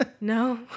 No